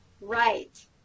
Right